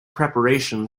preparation